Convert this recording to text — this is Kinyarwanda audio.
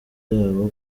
yabo